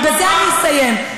ובזה אני אסיים,